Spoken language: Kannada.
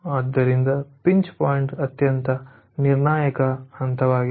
ಆದ್ದರಿಂದ ಪಿಂಚ್ ಪಾಯಿಂಟ್ ಅತ್ಯಂತ ನಿರ್ಣಾಯಕ ಹಂತವಾಗಿದೆ